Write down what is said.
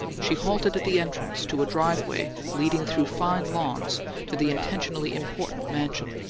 she halted at the entrance to a driveway leading through fine lawns to the intentionally important mansion.